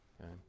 Okay